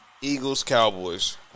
Eagles-Cowboys